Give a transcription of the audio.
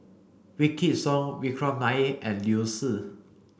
Wykidd Song Vikram Nair and Liu Si